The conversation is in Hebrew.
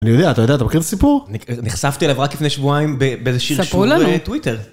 אני יודע, אתה יודע, אתה מכיר את הסיפור? -נחשפתי אליו רק לפני שבועיים באיזה שירשור טוויטר. -ספרו לנו.